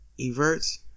Everts